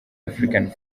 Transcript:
african